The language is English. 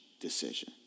decision